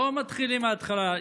לא מתחילים מהתחלה.